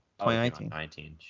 2019